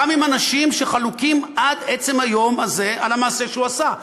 גם עם אנשים שחלוקים עד עצם היום הזה על המעשה שהוא עשה.